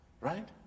Right